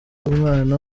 umwana